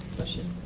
question.